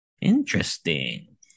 Interesting